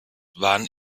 waren